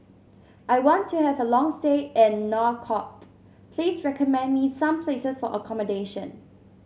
I want to have a long stay in Nouakchott Please recommend me some places for accommodation